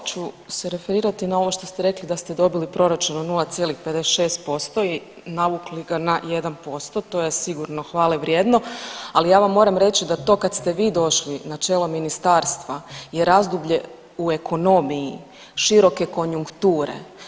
Prvo ću se referirati na ovo što ste rekli da ste dobili proračun od 0,56% i navukli ga na 1%, to je sigurno hvalevrijedno, ali ja vam moram reći da to kad ste vi došli na čelo ministarstva je razdoblje u ekonomiji široke konjunkture.